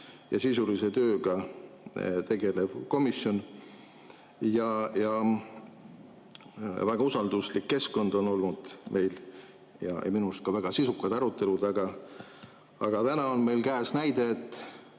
ja sisulise tööga tegelev komisjon. Väga usalduslik keskkond on olnud meil ja minu arust ka väga sisukad arutelu. Täna on meil käes näide, et